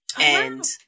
and-